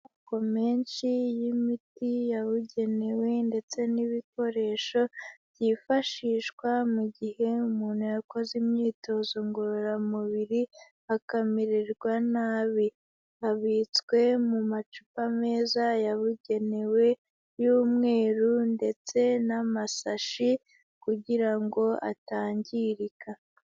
Amoko menshi y'imiti yabugenewe ndetse n'ibikoresho byifashishwa mu gihe umuntu yakoze imyitozo ngororamubiri akamererwa nabi. Abitswe mu macupa meza yabugenewe y'umweru ndetse n'amasashi kugira ngo atangirika.